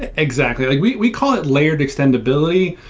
ah exactly. we we call it layered extendibility,